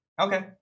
Okay